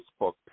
Facebook